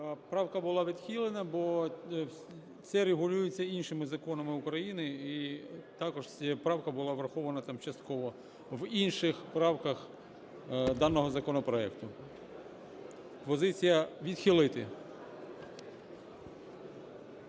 Правка була відхилена, бо це регулюється іншими законами України. І також ця правка була врахована там частково в інших правках даного законопроекту. Пропозиція - відхилити.